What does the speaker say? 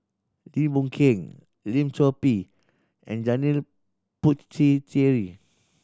Lim Boon Keng Lim Chor Pee and Janil Puthucheary